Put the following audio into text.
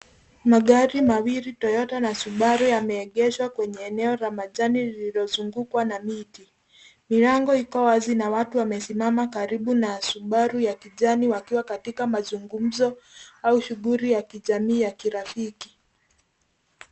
Magari mawili, Toyota na Subaru, yameegeshwa kwenye eneo la majani lililozungukwa na miti. Milango iko wazi na watu wamesimama karibu na Subaru ya kijani wakiwa katika mazungumzo au shughuli ya kijamii ya kirafiki.